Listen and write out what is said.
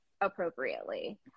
appropriately